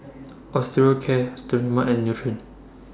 Osteocare Sterimar and Nutren